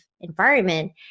environment